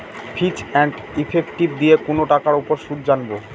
ফিচ and effective দিয়ে কোনো টাকার উপর সুদ জানবো